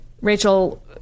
Rachel